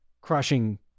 crushing